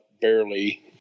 barely